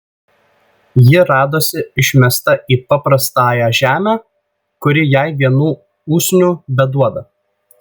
ji radosi išmesta į paprastąją žemę kuri jai vienų usnių beduoda